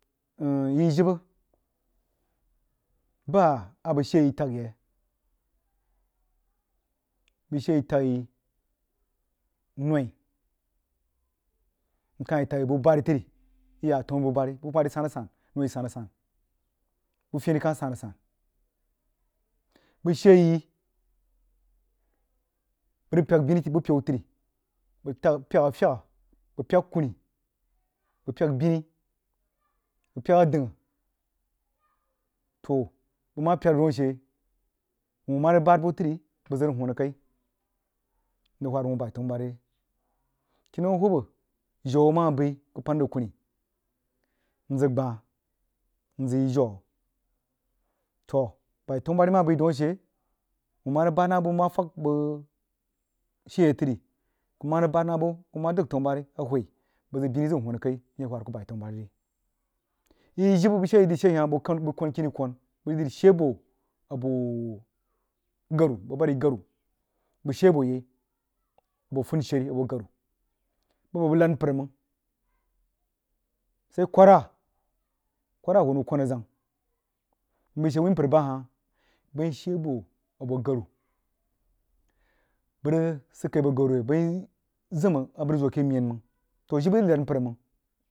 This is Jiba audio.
Ji jibbə bah a bəg shee yi təg yi, bəg shee yi tə yi noi, nkah təg-yi buh bari tri iya tannu buh bubari-san-san, noi san-san, bəg fein ka san-san bag shee yi bəg rig pyek bəg pyeu eni, bəg pyek afyi fyegha, bəg pyek kunni, bəg pyek bini, bəg pyek adangha, toh bəg ma pyek rig dawn ashe wuoh ma rig bad buh tri bəg zəg rig hunna kai nrig hwad wah bai tannu bubari ri kinnau hubba jau ma bai ku pan zəg kunni nzəg gbah, nzəg yi jau, toh bai tannu bubari ma bai daun ashe bəg ma rig bad na buh mmafəg bəg shee yi tri kuma rig bad na buh nma dagha tannu babari ahwoi bəg zəg bini zəg huma kai mhwad ku bai tannu babari yi jibbə bəg shee yi ni shi hah bəg kwon kini kwan bəgni shii abo aboo ogani bəg badyi gani, bəg shii abo yei boh funni sheri abo garu bək-bag, bəg nad mpər məg sai kwarra, kwarra huoh nau kwan zəg mbai she wuin mpər bahah bam mshee abo garu bəg rig sid kai gbo gani re bain zim a bəg rig zini keh mein məng toh jibbə nri nəd mpər məng.